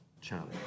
challenge